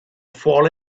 fall